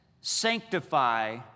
sanctify